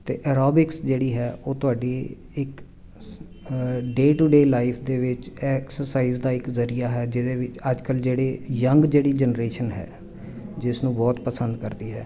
ਅਤੇ ਅਰੋਬਿਕਸ ਜਿਹੜੀ ਹੈ ਉਹ ਤੁਹਾਡੀ ਇੱਕ ਡੇ ਟੂ ਡੇ ਲਾਈਫ ਦੇ ਵਿੱਚ ਐਕਸਰਸਾਈਜ਼ ਦਾ ਇੱਕ ਜ਼ਰੀਆ ਹੈ ਜਿਹਦੇ ਵਿੱਚ ਅੱਜ ਕੱਲ੍ਹ ਜਿਹੜੇ ਯੰਗ ਜਿਹੜੀ ਜਨਰੇਸ਼ਨ ਹੈ ਜਿਸ ਨੂੰ ਬਹੁਤ ਪਸੰਦ ਕਰਦੀ ਹੈ